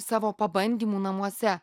savo pabandymų namuose